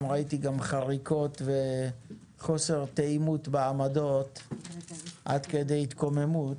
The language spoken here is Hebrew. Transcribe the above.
ראיתי גם חריקות וחוסר תאימות בעמדות עד כדי התקוממות.